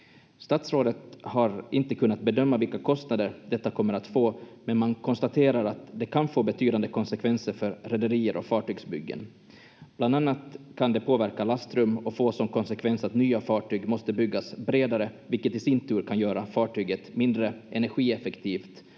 Statsrådet har inte kunnat bedöma vilka kostnader detta kommer att få, men man konstaterar att det kan få betydande konsekvenser för rederier och fartygsbyggen. Bland annat kan det påverka lastrum och få som konsekvens att nya fartyg måste byggas bredare, vilket i sin tur kan göra fartyget mindre energieffektivt